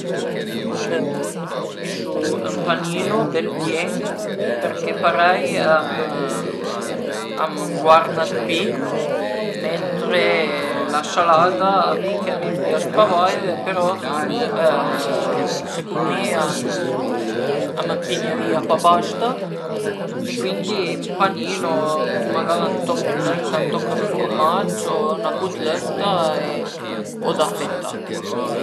Preferisu ün panino bel pien perché parei a më a m'guarna d'pi, mentre la salada va bin che a mi a m'pias pa vaire, però secund mi a m'ëmpinerìa pa basta e cuindi ün panino cun magara ëndrinta ün toch dë furmarc o 'na cutlëtta e o d'affettati